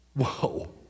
Whoa